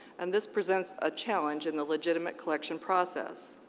and this presents a challenge in the legitimate collection process.